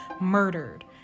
murdered